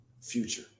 future